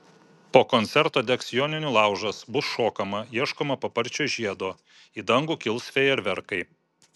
po koncerto degs joninių laužas bus šokama ieškoma paparčio žiedo į dangų kils fejerverkai